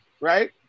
right